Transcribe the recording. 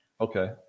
Okay